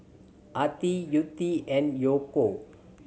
Attie Yvette and Yaakov